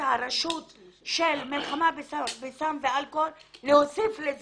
הרשות למלחמה בסמים ובאלכוהול ולהוסיף לה אלימות.